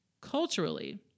Culturally